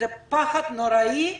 זה פחד נוראי,